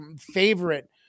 favorite